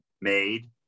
Made